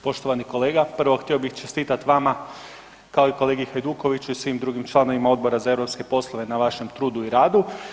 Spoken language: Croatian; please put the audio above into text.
Poštovani kolega, prvo htio bih čestitat vama kao i kolegi Hajdukoviću i svim drugim članovima Odbora za europske poslove na vašem trudu i radu.